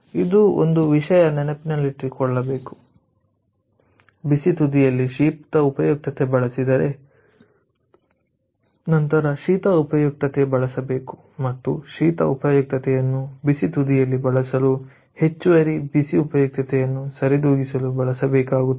ಇದು ಒಂದು ವಿಷಯ ನೆನಪಿನಲ್ಲಿಟ್ಟುಕೊಳ್ಳಬೇಕು ಬಿಸಿ ತುದಿಯಲ್ಲಿ ಶೀತ ಉಪಯುಕ್ತತೆ ಬಳಸಿದರೆ ನಂತರ ಶೀತ ಉಪಯುಕ್ತತೆ ಬಳಸಬೇಕು ಮತ್ತು ಶೀತಲ ಉಪಯುಕ್ತತೆಯನ್ನು ಬಿಸಿ ತುದಿಯಲ್ಲಿ ಬಳಸಲು ಹೆಚ್ಚುವರಿ ಬಿಸಿ ಉಪಯುಕ್ತತೆಯನ್ನು ಸರಿದೂಗಿಸಲು ಬಳಸಬೇಕಾಗುತ್ತದೆ